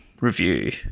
review